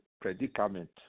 predicament